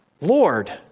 Lord